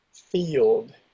field